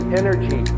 energy